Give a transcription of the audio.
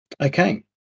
Okay